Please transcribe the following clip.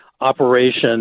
operation